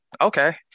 Okay